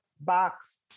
box